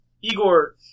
Igor